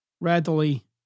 readily